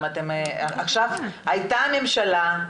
הייתה ממשלה,